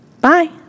Bye